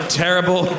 terrible